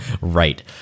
Right